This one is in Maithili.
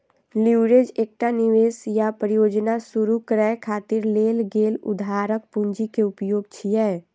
लीवरेज एकटा निवेश या परियोजना शुरू करै खातिर लेल गेल उधारक पूंजी के उपयोग छियै